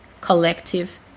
collective